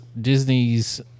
Disney's